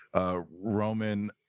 Roman